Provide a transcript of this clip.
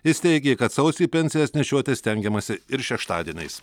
jis teigė kad sausį pensijas nešioti stengiamasi ir šeštadieniais